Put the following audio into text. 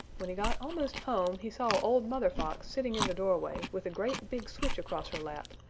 when he got almost home he saw old mother fox sitting in the doorway with a great big switch across her lap,